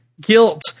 Guilt